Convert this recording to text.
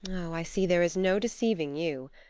i see there is no deceiving you.